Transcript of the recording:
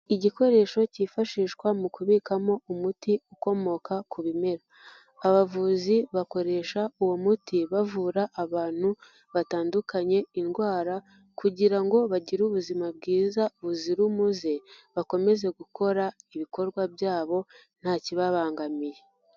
Igikoresho cyifashishwa mu kubikamo umuti ukomoka ku bimera. Abavuzi bakoresha uwo muti bavura abantu batandukanye indwara kugira ngo bagire ubuzima bwiza buzira umuze bakomeze gukora ibikorwa byabo nta kibabangamiye.